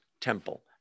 temple